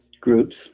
groups